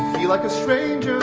feel like a stranger